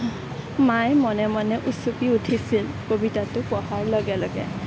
মায়ে মনে মনে উচুপি উঠিছিল কবিতাটো পঢ়াৰ লগে লগে